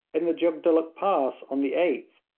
in the jugdulluk pass, on the eighth,